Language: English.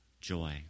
joy